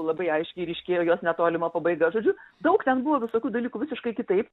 labai aiškiai ryškėjo jos netolima pabaiga žodžiu daug ten buvo visokių dalykų visiškai kitaip